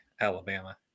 Alabama